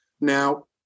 Now